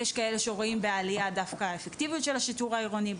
יש כאלה שרואים בעלייה בעבירות דווקא אפקטיביות של השיטור העירוני,